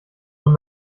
und